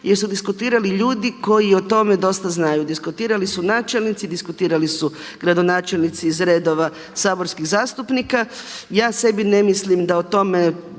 jer su diskutirali ljudi koji o tome dosta znaju. Diskutirali su načelnici, diskutirali su gradonačelnici iz redova saborskih zastupnika. Ja sebi ne mislim da o tome,